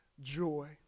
joy